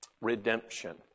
Redemption